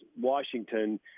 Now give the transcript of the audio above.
Washington –